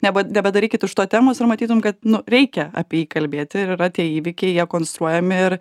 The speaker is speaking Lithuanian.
neba nebedarykit iš to temos ir matytum kad nu reikia apie jį kalbėti ir yra tie įvykiai jie konstruojami ir